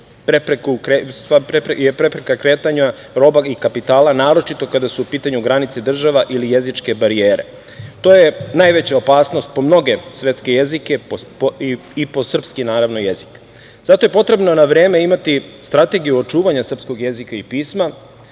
prepreka kretanja, roba i kapitala, naročito kada su u pitanju granice država ili jezičke barijere. To je najveća opasnost po mnoge svetske jezike i po srpski naravno jezik. Zato je potrebno na vreme imati strategiju očuvanja srpskog jezika i pisma,